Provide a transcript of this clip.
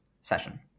session